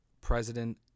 President